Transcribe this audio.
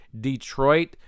Detroit